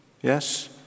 yes